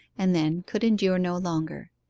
and then could endure no longer.